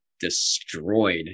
destroyed